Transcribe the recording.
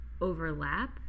overlap